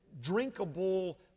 drinkable